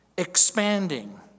Expanding